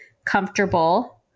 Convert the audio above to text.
Comfortable